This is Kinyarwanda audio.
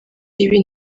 ibi